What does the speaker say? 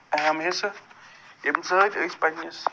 اہم حِصہٕ ییٚمہِ سۭتۍ أسۍ پںٛنِس